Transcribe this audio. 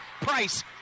Price